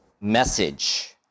message